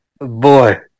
Boy